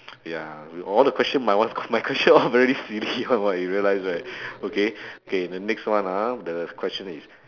ya with all the question my one my question all very silly [one] what you realise right okay K the next one ah the question is